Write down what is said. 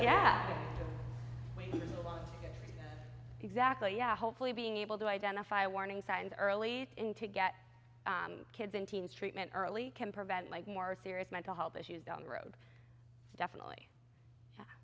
yeah exactly yeah hopefully being able to identify a warning signs early and to get kids and teens treatment early can prevent like more serious mental health issues down the road definitely